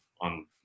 on